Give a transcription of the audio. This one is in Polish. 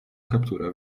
kaptura